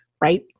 right